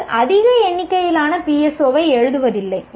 நீங்கள் அதிக எண்ணிக்கையிலான PSO ஐ எழுதுவதில்லை